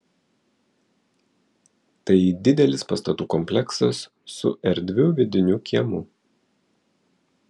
tai didelis pastatų kompleksas su erdviu vidiniu kiemu